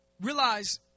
Realize